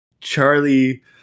charlie